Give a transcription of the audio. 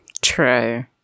True